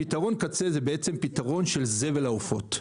פתרון קצה זה בעצם פתרון של זבל העופות.